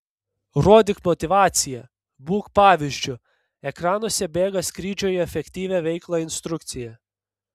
rodyk motyvaciją būk pavyzdžiu ekranuose bėga skrydžio į efektyvią veiklą instrukcija